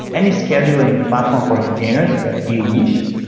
any scheduling platform for containers that you wish.